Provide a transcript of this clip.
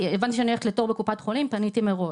הבנתי שאני הולכת לתור בקופת חולים, פניתי מראש.